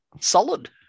Solid